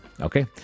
Okay